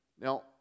Now